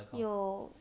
有